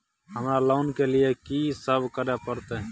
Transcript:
हमरा लोन के लिए की सब करे परतै?